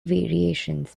variations